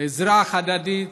עזרה הדדית